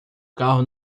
carro